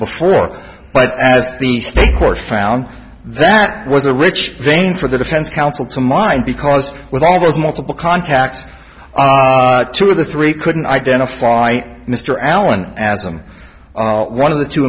before but as the state court found that was a rich vein for the defense counsel to mind because with all those multiple contacts two of the three couldn't identify mr allen as i'm one of the two